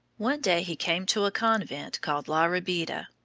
one day he came to a convent called la rabida.